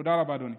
תודה רבה, אדוני.